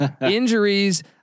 injuries